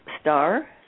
star